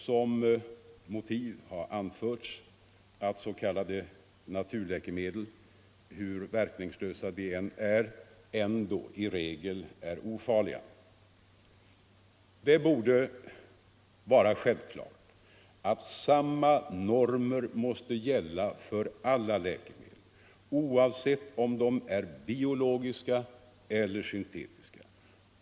Som motiv har anförts att s.k. naturläkemedel — hur verkningslösa de än är — ändå i regel är ofarliga. Det borde vara självklart att samma normer måste gälla för alla läkemedel, oavsett om de är biologiska eller syntetiska.